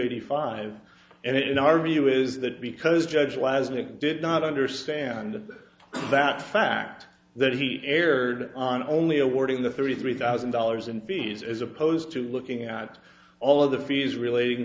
eighty five and in our view is that because judge was it did not understand that fact that he erred on only awarding the thirty three thousand dollars in fees as opposed to looking at all of the fees relating